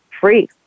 free